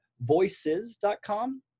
voices.com